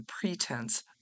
pretense